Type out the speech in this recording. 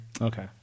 Okay